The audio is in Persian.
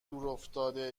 دورافتاده